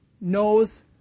knows